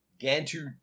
Gantu